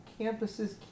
campuses